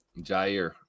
Jair